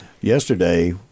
Yesterday